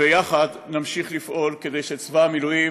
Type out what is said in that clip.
ויחד נמשיך לפעול כדי שצבא המילואים